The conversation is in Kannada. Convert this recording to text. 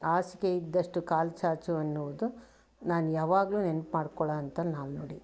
ಹಾಸಿಗೆ ಇದ್ದಷ್ಟು ಕಾಲು ಚಾಚು ಅನ್ನುವುದು ನಾನು ಯಾವಾಗಲೂ ನೆನಪು ಮಾಡ್ಕೊಳ್ಳೋಂಥ ನಾಣ್ಣುಡಿ